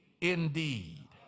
indeed